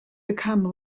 become